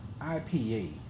IPA